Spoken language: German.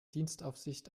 dienstaufsicht